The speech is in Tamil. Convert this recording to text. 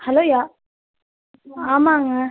ஹலோ யா ஆமாங்க